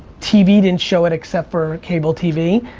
tv didn't show it except for cable tv.